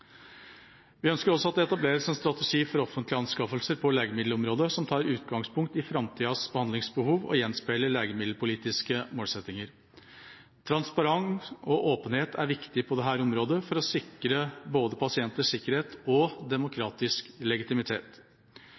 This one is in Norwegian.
Vi ønsker også at det etableres en strategi for offentlige anskaffelser på legemiddelområdet som tar utgangspunkt i framtidas behandlingsbehov og gjenspeiler legemiddelpolitiske målsettinger. Transparens og åpenhet er viktig på dette området for å sikre både pasienters sikkerhet og demokratisk legitimitet.